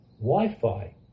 Wi-Fi